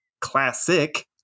classic